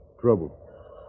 trouble